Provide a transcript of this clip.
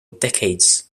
decades